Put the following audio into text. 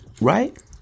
right